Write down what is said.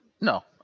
no